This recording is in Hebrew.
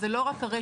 וזה לא רק הרשת.